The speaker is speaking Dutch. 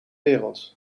wereld